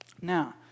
Now